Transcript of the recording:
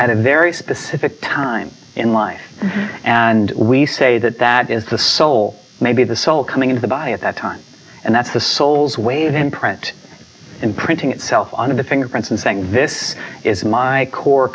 at a very specific time in life and we say that that is the soul maybe the soul coming into the body at that time and that's the soul's ways imprint imprinting itself on the fingerprints and saying this is my core